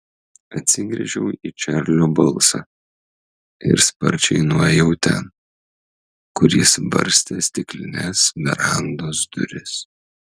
atsigręžiau į čarlio balsą ir sparčiai nuėjau ten kur jis varstė stiklines verandos duris